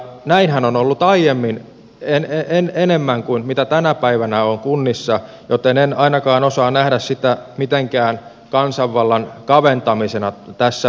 näinhän on ollut aiemmin enemmän kuin mitä tänä päivänä on kunnissa joten en ainakaan osaa nähdä sitä mitenkään kansanvallan kaventamisena tässä mielessä